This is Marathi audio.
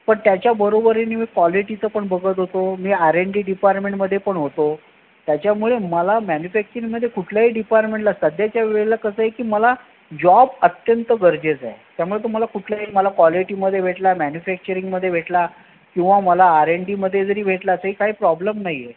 पण त्याच्या बरोबरीने मी क्वालिटीचं पण बघत होतो मी आर एन डी डिपार्टमेंटमध्ये पण होतो त्याच्यामुळे मला मॅन्युफॅक्चरिंगमध्ये कुठल्याही डिपार्मेंटला सध्याच्या वेळला कसं आहे की मला जॉब अत्यंत गरजेचा आहे त्यामुळं तुम्हाला कुठलंही मला क्वालिटीमध्ये भेटला मॅन्युफॅक्चरिंगमध्ये भेटला किंवा मला आर एन डीमध्ये जरी भेटला तरी काही प्रॉब्लेम नाही आहे